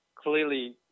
Clearly